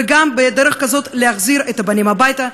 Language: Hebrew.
וגם בדרך כזאת להחזיר את הבנים הביתה,